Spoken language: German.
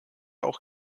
auch